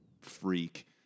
freak